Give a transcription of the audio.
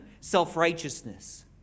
self-righteousness